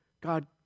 God